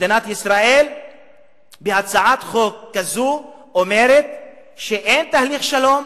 מדינת ישראל בהצעת חוק כזו אומרת שאין תהליך שלום,